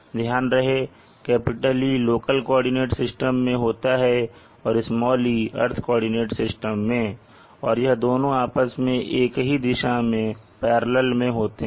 ध्यान रहे की E लोकल कोऑर्डिनेट सिस्टम में होता है और "e" अर्थ कॉर्डिनेट सिस्टम में और यह दोनों आपस में एक ही दिशा में पैरलल होते हैं